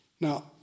Now